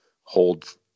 hold